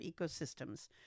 ecosystems